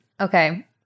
Okay